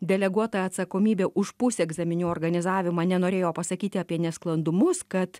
deleguota atsakomybė už pusegzaminų organizavimą nenorėjo pasakyti apie nesklandumus kad